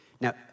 Now